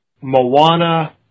Moana